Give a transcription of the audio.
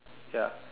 ya